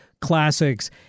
classics